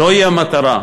זוהי המטרה.